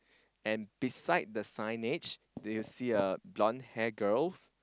and beside the signage do you see a blonde hair girls